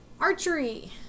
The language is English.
Archery